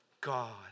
God